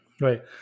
right